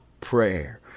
prayer